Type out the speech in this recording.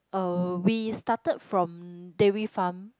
uh we started from Dairy Farm